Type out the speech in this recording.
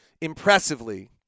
impressively